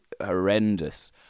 horrendous